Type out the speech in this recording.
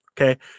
Okay